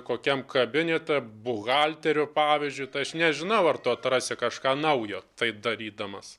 kokiam kabinete buhalteriu pavyzdžiui tai aš nežinau ar tu atrasi kažką naujo tai darydamas